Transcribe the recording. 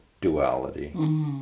duality